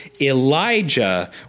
Elijah